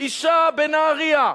אשה בנהרייה.